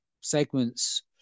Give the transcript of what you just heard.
segments